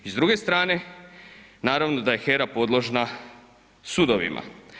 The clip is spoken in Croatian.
I s druge strane, naravno da je HERA podložna sudovima.